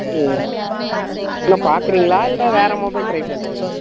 ம் என்ன பார்க்குறீங்களா இல்லை வேறு மொபைல் ட்ரை பண்றிங்களா